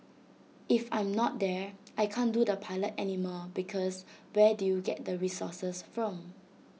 if I'm not there I can't do the pilot anymore because where do you get the resources from